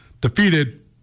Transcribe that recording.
defeated